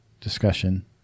discussion